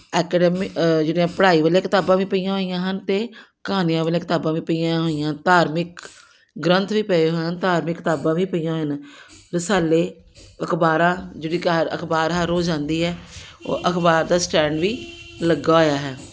ਜਿਹੜੀਆਂ ਪੜ੍ਹਾਈ ਵਾਲੀਆਂ ਕਿਤਾਬਾਂ ਵੀ ਪਈਆਂ ਹੋਈਆਂ ਹਨ ਅਤੇ ਕਹਾਣੀਆਂ ਵਾਲੀਆਂ ਕਿਤਾਬਾਂ ਵੀ ਪਈਆਂ ਹੋਈਆਂ ਧਾਰਮਿਕ ਗ੍ਰੰਥ ਵੀ ਪਏ ਹੋਏ ਹਨ ਧਾਰਮਿਕ ਕਿਤਾਬਾਂ ਵੀ ਪਈਆਂ ਹੋਈਆਂ ਹਨ ਰਸਾਲੇ ਅਖਬਾਰਾਂ ਜਿਹੜੀ ਘਰ ਅਖਬਾਰਾਂ ਰੋਜ਼ ਆਉਂਦੀ ਹੈ ਉਹ ਅਖਬਾਰ ਦਾ ਸਟੈਂਡ ਵੀ ਲੱਗਾ ਹੋਇਆ ਹੈ